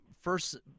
first